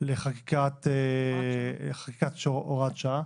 והתמכרה לחקיקת הוראת שעה.